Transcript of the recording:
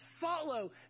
follow